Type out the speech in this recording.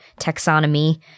taxonomy